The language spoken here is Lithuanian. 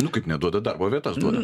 nu kaip neduoda darbo vietas duoda